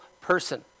person